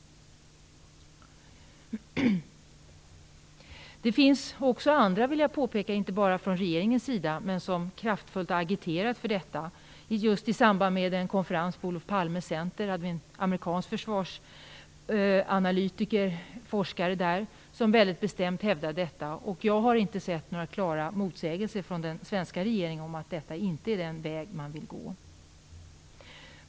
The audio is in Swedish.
Det finns också andra, inte bara i regeringen, som kraftfullt agiterat för detta. I samband med en konferens på Olof Palme Center hävdade en amerikansk forskare och försvarsanalytiker detta väldigt bestämt. Jag har inte sett några klara uttalanden från den svenska regeringen om att detta inte är den väg man vill gå.